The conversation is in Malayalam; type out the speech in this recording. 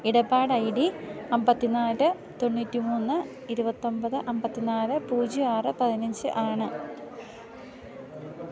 ഇടപാട് ഐ ഡി അമ്പത്തി നാല് തൊണ്ണൂറ്റി മൂന്ന് ഇരു പത്തി ഒമ്പത് അമ്പത്തി നാല് പൂജ്യം ആറ് പതിനഞ്ച് ആണ്